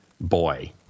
boy